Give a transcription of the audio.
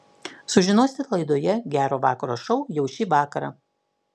sužinosite laidoje gero vakaro šou jau šį vakarą